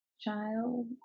child